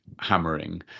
hammering